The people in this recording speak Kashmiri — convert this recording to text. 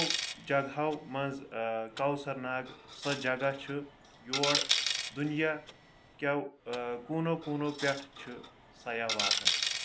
یِمو جگہو منٛز کوثر ناگ سۄ جگہ چھُ یوڑ دُنیا کیو کوٗنو کوٗنو پؠٹھ چھِ سیاح واتن